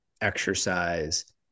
exercise